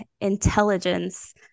intelligence